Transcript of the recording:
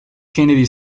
kennedy